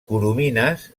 coromines